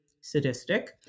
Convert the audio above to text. sadistic